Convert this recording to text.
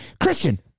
Christian